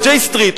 ל-J Street,